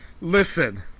Listen